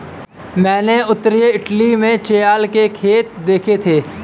मैंने उत्तरी इटली में चेयल के खेत देखे थे